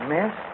Miss